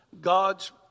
God's